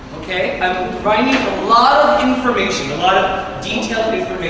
i'm providing a lot of information, a lot of detailed